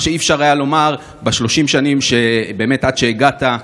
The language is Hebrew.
מה שלא היה אפשר לומר ב-30 השנים עד שהגעת,